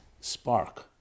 spark